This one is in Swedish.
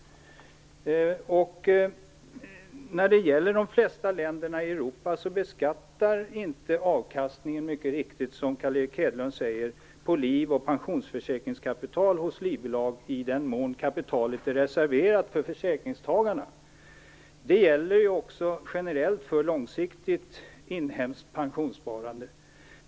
De flesta av länderna i Europa beskattar, som Carl Erik Hedlund mycket riktigt säger, inte liv och pensionsförsäkringskapital hos livbolag i den mån kapitalet är reserverat för försäkringstagarna. Det gäller också generellt för långsiktigt inhemskt pensionssparande.